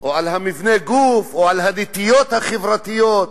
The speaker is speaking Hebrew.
או על מבנה הגוף, או על הנטיות החברתיות,